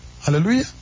hallelujah